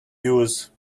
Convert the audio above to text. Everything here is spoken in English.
use